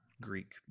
Greek